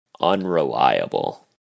unreliable